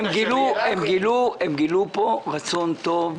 הם גילו פה רצון טוב,